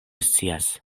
scias